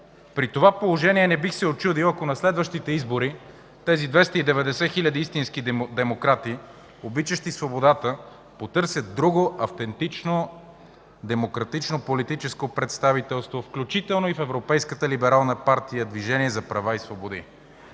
При това положение не бих се учудил, ако на следващите избори тези 290 хиляди истински демократи, обичащи свободата, потърсят друго автентично, демократично, политическо представителство, включително и в Европейската либерална партия – Движение за права и свободи.